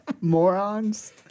morons